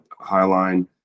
highline